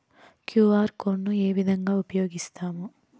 QR code ను ఏ విధంగా ఉపయగిస్తాము?